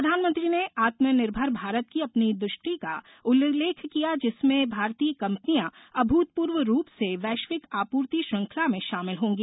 प्रधानमंत्री ने आत्मर्निभर भारत की अपनी दृष्टि का उल्लेख किया जिसमें भारतीय कंपनियां अभूतपूर्व रूप से वैश्विक आपूर्ति श्रृंखला में शामिल होंगी